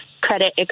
credit